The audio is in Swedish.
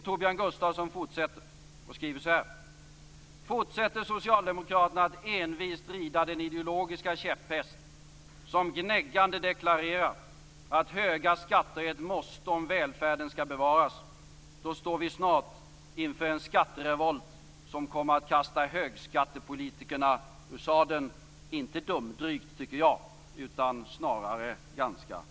Torbjörn Gustavsson fortsätter: "Fortsätter socialdemokraterna att envist rida den ideologiska käpphäst som gnäggande deklarerar att höga skatter är ett måste om välfärden ska bevaras, då står vi snart inför en skatterevolt som kommer att kasta högskattepolitikerna ur sadeln." Inte dumdrygt, tycker jag, utan snarare klokt.